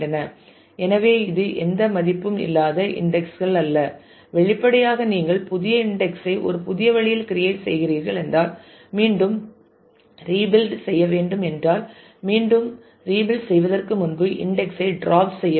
எனவே இது எந்த மதிப்பும் இல்லாத இன்டெக்ஸ் கள் அல்ல வெளிப்படையாக நீங்கள் புதிய இன்டெக்ஸ் ஐ ஒரு புதிய வழியில் கிரியேட் செய்கிறீர்கள் என்றால் மீண்டும் ரீபில்ட் செய்ய வேண்டும் என்றால் மீண்டும் ரீபில்ட் செய்வதற்கு முன்பு இன்டெக்ஸ் ஐ ட்ராப் செய்ய வேண்டும்